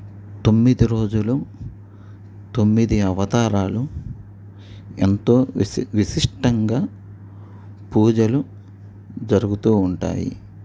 తొమ్మిది రోజులు తొమ్మిది అవతారాలు ఎంతో విశి విశిష్టంగా పూజలు జరుగుతూ ఉంటాయి